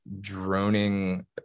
droning